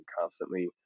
constantly –